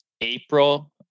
April